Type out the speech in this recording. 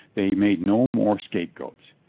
they made no more scapegoats.